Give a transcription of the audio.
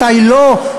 מתי לא,